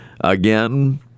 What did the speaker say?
again